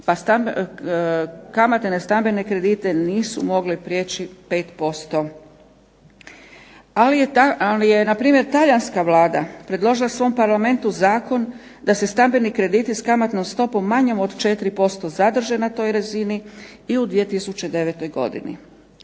pa kamate na stambene kredite nisu mogle prijeći 5%. Ali je na primjer talijanska Vlada predložila svom Parlamentu zakon da se stambeni krediti s kamatnom stopom manjom od 4% zadrže na toj razini i u 2009. godini.